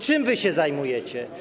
Czym wy się zajmujecie?